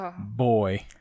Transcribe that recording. boy